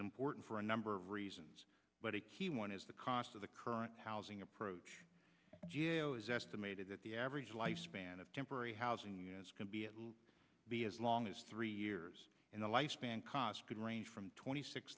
important for a number of reasons but a key one is the cost of the current housing approach estimated that the average lifespan of temporary housing is going to be at will be as long as three years in the life span cost could range from twenty six